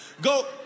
Go